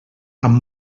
amb